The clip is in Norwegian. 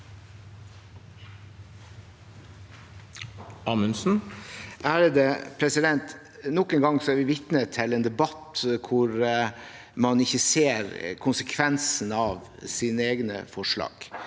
Nok en gang er vi vitne til en debatt hvor man ikke ser konsekvensen av sine egne forslag,